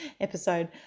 episode